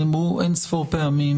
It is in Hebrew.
נאמרו אין-ספור פעמים,